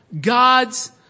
God's